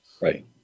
Right